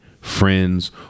friends